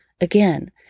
Again